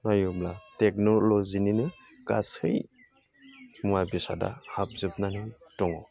नायोब्ला टेकन'ल'जिनिनो गासै मुवा बेसादफ्रा हाबजोबनानै दङ